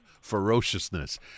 ferociousness